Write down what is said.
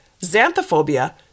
Xanthophobia